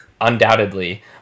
Undoubtedly